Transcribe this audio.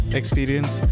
experience